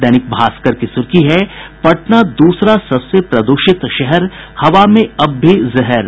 दैनिक भास्कर की सुर्खी है पटना दूसरा सबसे प्रदूषित शहर हवा में अब भी जहर